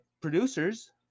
producers